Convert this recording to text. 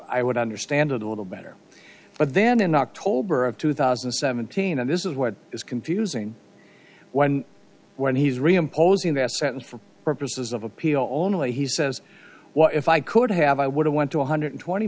i would understand a little better but then in october of two thousand and seventeen and this is what is confusing when he's reimposing that sentence for purposes of appeal only he says what if i could have i would have went to one hundred twenty